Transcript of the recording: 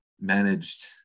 managed